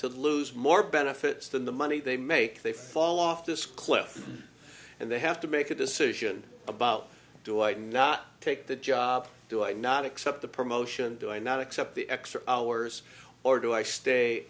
to lose more benefits than the money they make they fall off this cliff and they have to make a decision about do i not take the job do i not accept the promotion do i not accept the extra hours or do i stay